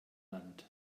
land